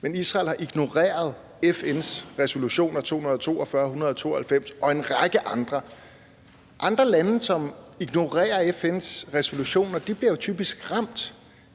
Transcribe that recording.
Men Israel har ignoreret FN's resolutioner 242, 192 og en række andre. Andre lande, som ignorerer FN's resolutioner, bliver jo typisk ramt